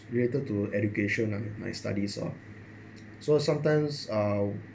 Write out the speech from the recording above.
related to education ah my studies lor so sometimes uh